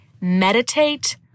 meditate